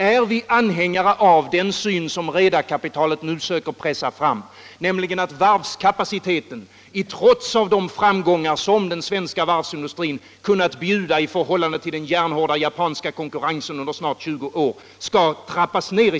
Är vi anhängare av den syn som redarkapitalet nu söker pressa fram, nämligen att varvskapaciteten, trots de framgångar som den svenska varvsindustrin kunnat nå i förhållande till den järnhårda japanska konkurrensen under snart 20 år, skall trappas ned?